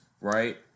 right